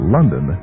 London